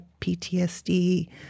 PTSD